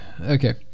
okay